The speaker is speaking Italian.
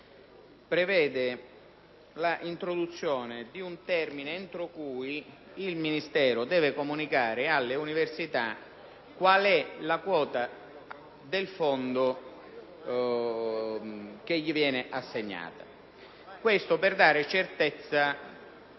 prevede l'introduzione di un termine entro cui il Ministero deve comunicare alle università qual è la quota del fondo che viene loro assegnata. L'obiettivo è di dare certezza